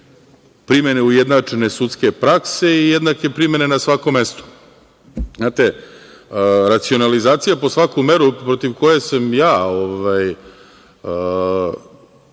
primene ujednačene sudske prakse i jednake primene na svakom mestu. Znate, racionalizacija po svaku meru protiv koje sam ja, ne